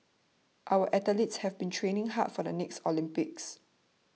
our athletes have been training hard for the next Olympics